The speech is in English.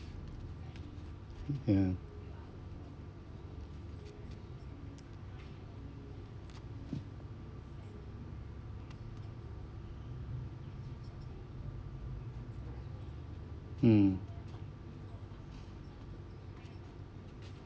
ya mm